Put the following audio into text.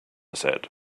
said